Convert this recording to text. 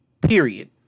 Period